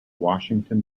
washington